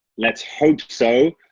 let's hope so.